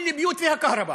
כל הבתים יש בהם חשמל.)